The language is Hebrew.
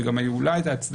שגם היו לה ההצדקות,